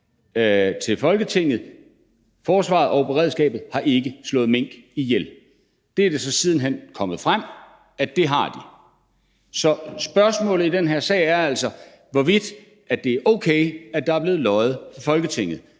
til Folketinget: Forsvaret og beredskabet har ikke slået mink ihjel. Det er så siden hen kommet frem, at det har de. Så spørgsmålet i den her sag er altså, hvorvidt det er okay, at der er blevet løjet for Folketinget.